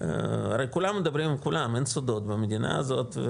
הרי כולם מדברים עם כולם, אין סודות במדינה הזאת.